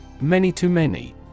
Many-to-many